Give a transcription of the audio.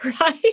right